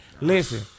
Listen